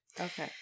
Okay